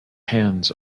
hands